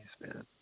man